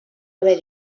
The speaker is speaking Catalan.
haver